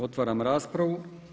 Otvaram raspravu.